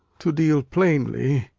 to deal plainly,